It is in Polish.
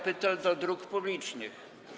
Pytel do dróg publicznych?